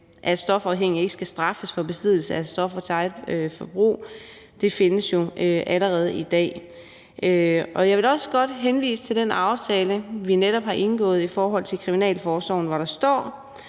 at stofafhængige ikke skal straffes for besiddelse af stoffer til eget forbrug, findes jo allerede i dag. Jeg vil da også godt henvise til den aftale, vi netop har indgået, i forhold til kriminalforsorgen, hvori der står